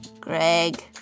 Greg